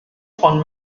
von